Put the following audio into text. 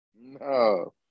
No